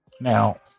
Now